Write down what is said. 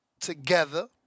together